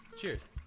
Cheers